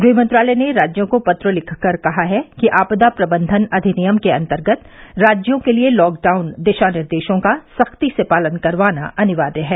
गृह मंत्रालय ने राज्यों को पत्र लिखकर कहा है कि आपदा प्रबंधन अधिनियम के अंतर्गत राज्यों के लिए लॉकडाउन दिशा निर्देशों का सख्ती से पालन करवाना अनिावार्य है